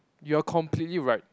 you are completely right